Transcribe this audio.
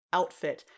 outfit